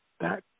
back